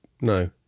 No